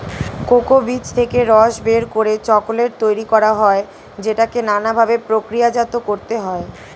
cocoa বীজ থেকে রস বের করে চকোলেট তৈরি করা হয় যেটাকে নানা ভাবে প্রক্রিয়াজাত করতে হয়